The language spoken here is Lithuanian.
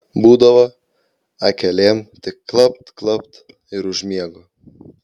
būdavo akelėm tik klapt klapt ir užmiegu